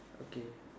okay